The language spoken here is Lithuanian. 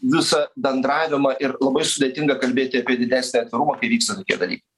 visą bendravimą ir labai sudėtinga kalbėti apie didesnį atvirumą kai vyksta tokie dalykai